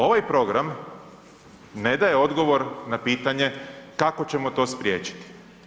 Ovaj program ne daje odgovor na pitanje kako ćemo to spriječiti.